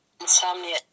Insomnia